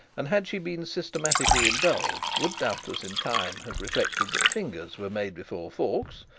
and had she been systematically indulged, would doubtless in time have reflected that fingers were made before forks,